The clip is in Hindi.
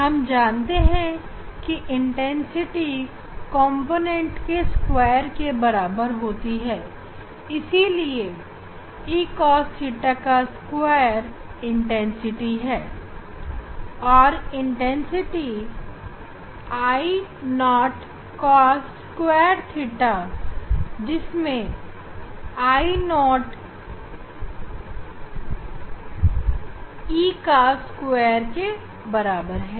हम जानते हैं कि तीव्रता कॉम्पोनेंटके स्क्वायर के बराबर होते हैं इसीलिए I E2cos2 है और I Io cos2 जिसमें Io E2 के बराबर है